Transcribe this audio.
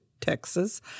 Texas